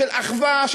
של אחווה,